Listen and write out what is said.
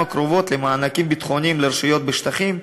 הקרובות למענקים ביטחוניים לרשויות בשטחים,